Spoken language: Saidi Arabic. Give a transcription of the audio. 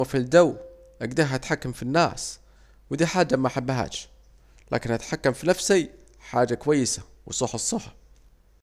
في الجو اكده هتحكم في الناس، ودي حاجة محبهاش، لكن اتحكم في نفسي، حاجة كويسة وصح الصح